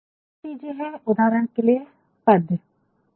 कुछ चीज़े है उदाहरण के लिए पद्य नहीं